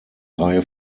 reihe